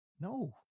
no